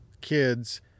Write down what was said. kids